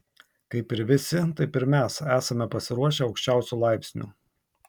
kaip ir visi taip ir mes esame pasiruošę aukščiausiu laipsniu